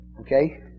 Okay